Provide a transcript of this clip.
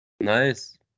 Nice